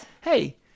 hey